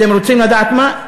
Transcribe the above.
אתם רוצים לדעת מה?